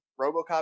Robocop